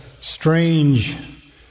strange